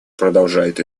продолжает